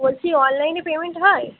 বলছি অনলাইনে পেমেন্ট হয়